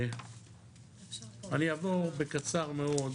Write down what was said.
אני אעבור בקצרה מאוד